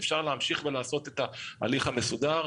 אפשר להמשיך ולעשות את ההליך המסודר.